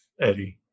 Eddie